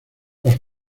los